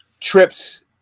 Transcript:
trips